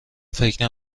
فکر